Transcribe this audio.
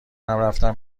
رفتم